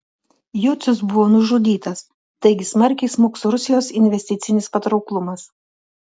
jucius buvo nužudytas taigi smarkiai smuks rusijos investicinis patrauklumas